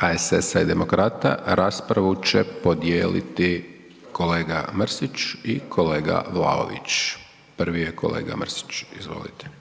HSS-a i Demokrata, raspravu će podijeliti kolega Mrsić i kolega Vlaović. Prvi je kolega Mrsić, izvolite.